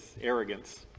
arrogance